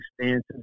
stances